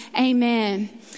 amen